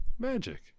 Magic